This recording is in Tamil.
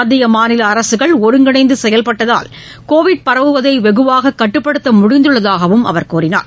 மத்திய மாநில அரசுகள் ஒருங்கிணைந்து செயல்பட்டதால் கோவிட் பரவுவதை வெகுவாக கட்டுப்படுத்த முடிந்துள்ளதாகவும் அவர் கூறினார்